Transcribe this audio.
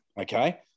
Okay